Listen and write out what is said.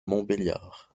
montbéliard